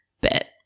bit